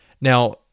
Now